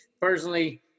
personally